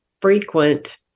frequent